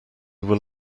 were